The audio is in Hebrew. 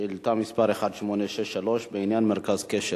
שאילתא מס' 1863 בעניין: מרכזי קשר.